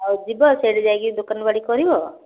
ହଉ ଯିବ ସେଇଠି ଯାଇକି ଦୋକାନ ବାଡ଼ି କରିବ